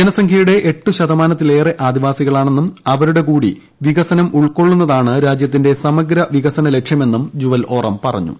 ജനസംഖ്യയുടെ എട്ടുശതമാനത്തിലേറെ ആദിവാസികളാണെന്നും അവരുടെ കൂടി വികസനം ഉൾക്കൊളുന്നതാണ് രാജ്യത്തിന്റെ സമഗ്ര വികസന ലക്ഷ്യമെന്നും ജുവൽ ഓറം പറഞ്ഞു